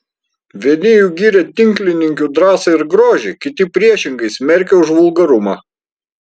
vieni jų gyrė tinklininkių drąsą ir grožį kiti priešingai smerkė už vulgarumą